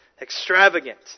Extravagant